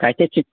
کَتٮ۪تھ چھِ